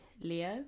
Leo